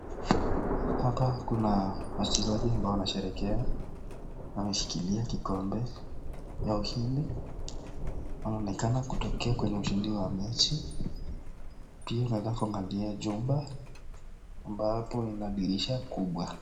Hapa kuna wachezaji ambao wanasheherekea wameshikilia kikombe ya ushindi wanaonekana kutokea kwenye ushindi wa mechi. Pia naweza kuangalia jumba ambapo inadhihirisha kubwa.